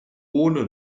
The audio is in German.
ohne